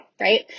right